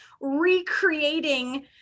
recreating